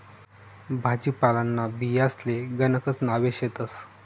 भाजीपालांना बियांसले गणकच नावे शेतस